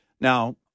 Now